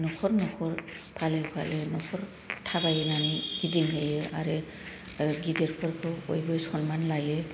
नखर नखर फालो फालो नखर थाबायनानै गिदिंहैयो आरो गिदिरफोरखौ बयबो सनमान लायो